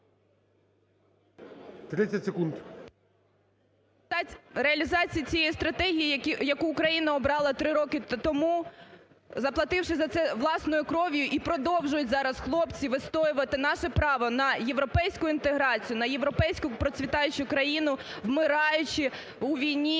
Реалізації цієї стратегії, яку Україна обрала три роки тому, заплативши за це власною кров'ю і продовжують зараз хлопці відстоювати наше право на європейську інтеграцію, на європейську процвітаючу країну, вмираючи у війні,